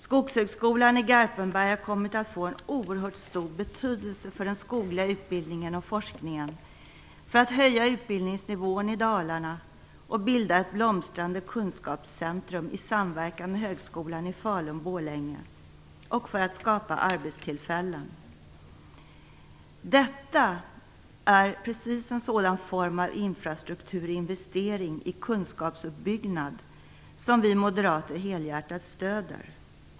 Skogshögskolan i Garpenberg har kommit att få en oerhört stor betydelse för den skogliga utbildningen och forskningen, för att höja utbildningsnivån i Dalarna och bilda ett blomstrande kunskapscentrum i samverkan med Högskolan i Falun/Borlänge samt för att skapa arbetstillfällen. Detta är precis en sådan form av infrastrukturinvestering i kunskapsuppbyggnad som vi moderater helhjärtat stöder.